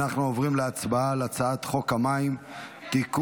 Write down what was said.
אנחנו עוברים להצבעה על הצעת חוק המים (תיקון,